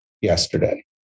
yesterday